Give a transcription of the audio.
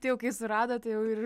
tai jau kai surado tai jau ir